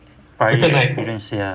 python or